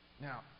Now